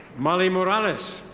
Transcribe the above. molly morales.